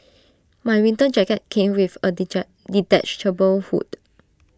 my winter jacket came with A detachable hood